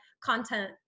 content